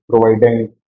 providing